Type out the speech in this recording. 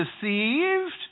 deceived